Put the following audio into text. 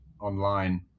online